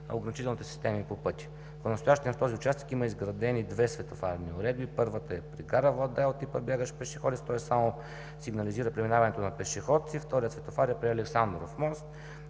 ограничителните системи по пътя. Понастоящем в този участък има изградени две светофарни уредби. Първата е при гара Владая от типа „бягащ пешеходец“, тоест само сигнализира преминаването на пешеходци. Вторият светофар е при Александров мост,